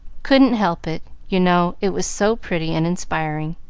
couldn't help it, you know, it was so pretty and inspiring.